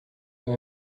and